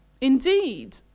indeed